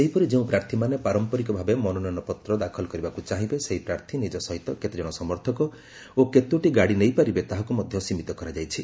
ସେହିପରି ଯେଉଁ ପ୍ରାର୍ଥୀମାନେ ପାରମ୍ପରିକ ଭାବେ ମନୋନୟନ ପତ୍ର ଦାଖଲ କରିବାକୁ ଚାହିଁବେ ସେହି ପ୍ରାର୍ଥୀ ନିଜ ସହିତ କେତେଜଣ ସମର୍ଥକ ଓ ଗାଡ଼ି ନେଇପାରିବେ ତାହାକୁ ମଧ୍ୟ ସୀମିତ କରାଯାଇଛି